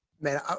Man